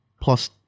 plus